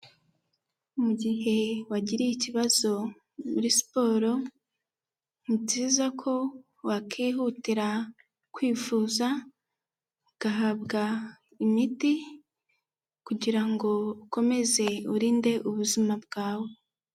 Mu mugihe wagiriye ikibazo muri siporo, ni byiza ko wakwihutira kwivuza ugahabwa imiti kugira ngo ukomeze urinde ubuzima bwawe.